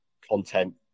content